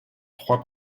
trois